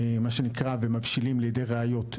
מה שנקרא ומבשילים לידי ראיות,